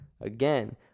again